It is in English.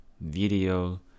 video